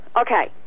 okay